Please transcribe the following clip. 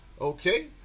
Okay